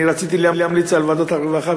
אני רציתי להמליץ על ועדת הרווחה,